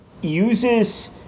uses